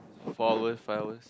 four hour five hours